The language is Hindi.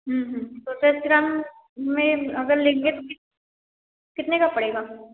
हम्म हम्म पचास ग्राम में अगर लेंगे कि कितने का पड़ेगा